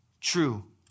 true